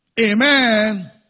Amen